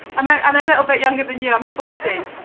um ah i'm a little bit younger than you, i'm forty.